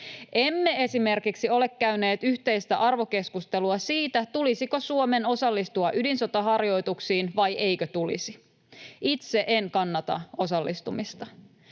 Emme esimerkiksi ole käyneet yhteistä arvokeskustelua siitä, tulisiko Suomen osallistua ydinsotaharjoituksiin vai eikö tulisi. Itse en kannata osallistumista.